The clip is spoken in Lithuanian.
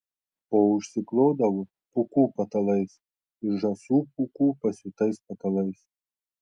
o užsiklodavo pūkų patalais iš žąsų pūkų pasiūtais patalais